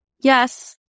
yes